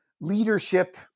leadership